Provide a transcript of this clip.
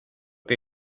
que